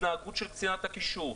ההתנהגות של קצינת הקישור,